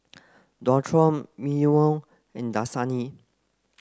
Dualtron Mimeo and Dasani